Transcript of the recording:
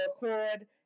Record